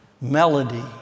melody